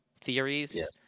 theories